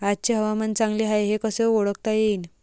आजचे हवामान चांगले हाये हे कसे ओळखता येईन?